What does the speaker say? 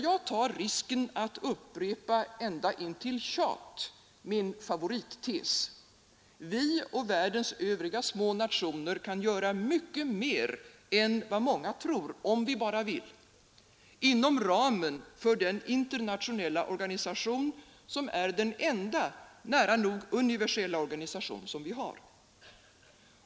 Jag tar risken av att upprepa, ända intill tjat, min favorittes: Vi och världens övriga små nationer kan göra mycket mer än vad många tror, om vi bara vill, inom ramen för den internationella organisation som är den enda nära nog universella organisation vi har.